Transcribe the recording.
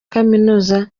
kaminuza